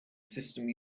system